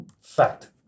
Fact